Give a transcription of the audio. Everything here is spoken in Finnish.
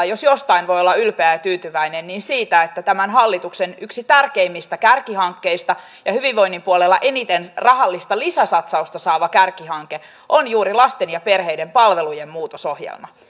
jos jostain voi olla ylpeä ja tyytyväinen tällä vaikealla hallituskaudella niin siitä että yksi tämän hallituksen tärkeimmistä kärkihankkeista ja hyvinvoinnin puolella eniten rahallista lisäsatsausta saava kärkihanke on juuri lasten ja perheiden palvelujen muutosohjelma